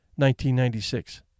1996